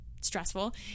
stressful